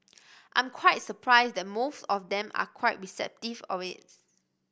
I'm quite surprised that most of them are quite receptive of this